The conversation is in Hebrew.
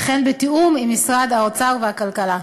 וכן בתיאום עם משרד האוצר והכלכלה והתעשייה.